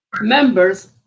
members